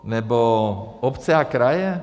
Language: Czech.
Nebo obce a kraje?